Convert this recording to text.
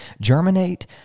germinate